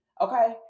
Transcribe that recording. Okay